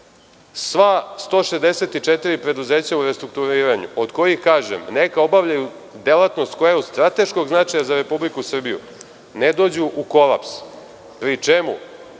sva 164 preduzeća u restrukturiranju, od kojih neka obavljaju delatnost koja je od strateškog značaja za Republiku Srbiju ne dođu u kolaps, pri čemu,